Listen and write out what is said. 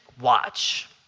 watch